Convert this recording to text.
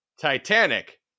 Titanic